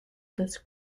this